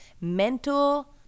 mental